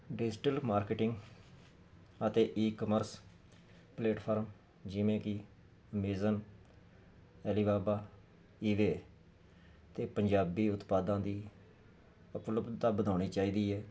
digital marketing ਅਤੇ e commerce platform ਜਿਵੇਂ ਕਿ ਮਿਜ਼ਨ ਅਲੀਬਾਬਾ ਈਬੇ ਅਤੇ ਪੰਜਾਬੀ ਉਤਪਾਦਾਂ ਦੀ ਉਪਲੱਬਧਤਾ ਵਧਾਉਣੀ ਚਾਹੀਦੀ ਹੈ